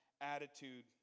attitude